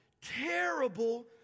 terrible